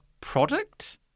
product